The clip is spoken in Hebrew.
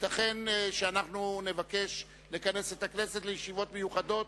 ייתכן שנבקש לכנס את הכנסת לישיבות מיוחדות